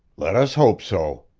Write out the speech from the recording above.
let us hope so!